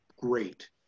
great